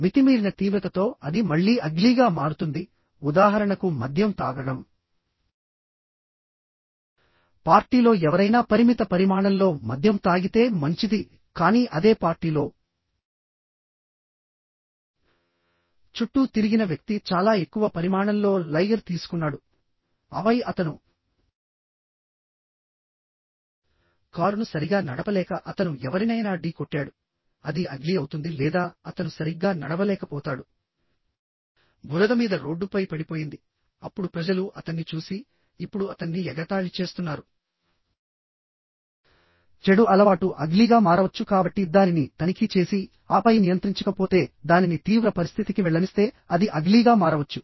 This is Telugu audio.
మితిమీరిన తీవ్రతతో అది మళ్లీ అగ్లీగా మారుతుంది ఉదాహరణకు మద్యం తాగడం పార్టీలో ఎవరైనా పరిమిత పరిమాణంలో మద్యం తాగితే మంచిది కానీ అదే పార్టీలో చుట్టూ తిరిగిన వ్యక్తి చాలా ఎక్కువ పరిమాణంలో లైగర్ తీసుకున్నాడు ఆపై అతను కారును సరిగా నడపలేక అతను ఎవరినైనా డీ కొట్టాడు అది అగ్లీ అవుతుంది లేదా అతను సరిగ్గా నడవలేకపోతాడు బురద మీద రోడ్డుపై పడిపోయింది అప్పుడు ప్రజలు అతన్ని చూసి ఇప్పుడు అతన్ని ఎగతాళి చేస్తున్నారు చెడు అలవాటు అగ్లీగా మారవచ్చు కాబట్టి దానిని తనిఖీ చేసి ఆపై నియంత్రించకపోతే దానిని తీవ్ర పరిస్థితికి వెళ్లనిస్తే అది అగ్లీగా మారవచ్చు